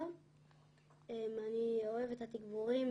אני אוהב את התגבורים,